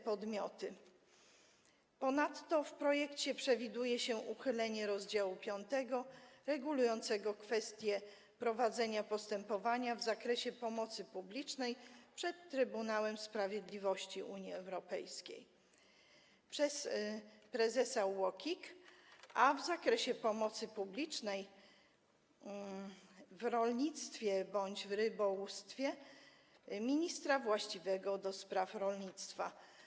Ponadto w projekcie przewiduje się uchylenie rozdziału 5 regulującego kwestie prowadzenia postępowania w zakresie pomocy publicznej przed Trybunałem Sprawiedliwości Unii Europejskiej przez prezesa UOKiK, a w zakresie pomocy publicznej, w rolnictwie bądź w rybołówstwie - przez ministra właściwego do spraw rolnictwa.